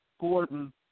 Gordon